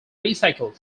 recycled